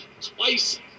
twice